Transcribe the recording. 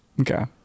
Okay